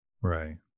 right